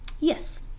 Yes